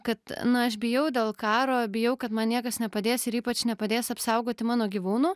kad na aš bijau dėl karo bijau kad man niekas nepadės ir ypač nepadės apsaugoti mano gyvūnų